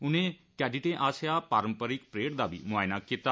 उनें कैडिटें आस्सैआ प्रारम्परिक परेड दा बी मुआइना कीता